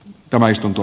tämä istunto